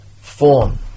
form